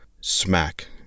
Smack